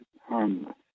harmless